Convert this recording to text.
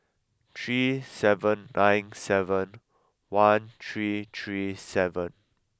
three seven nine seven one three three seven